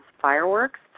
fireworks